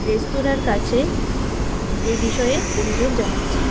রেস্তোরাঁর কাছে এ বিষয়ে অভিযোগ জানাচ্ছি